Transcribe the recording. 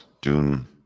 Dune